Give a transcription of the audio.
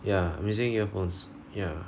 ya using earphones ya